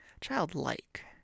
Childlike